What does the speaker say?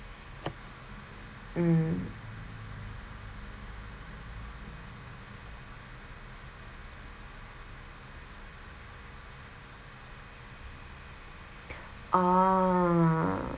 mm ah